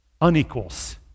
unequals